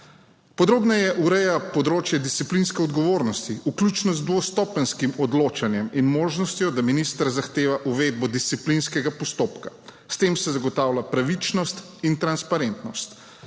Podrobneje ureja področje disciplinske odgovornosti, vključno z dvostopenjskim odločanjem in možnostjo, da minister zahteva uvedbo disciplinskega postopka. S tem se zagotavlja pravičnost in transparentnost.